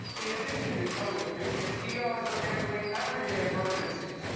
in addition to covid patients, e r s are handling everyday emergencies,